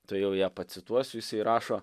tuojau ją pacituosiu jisai rašo